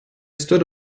stood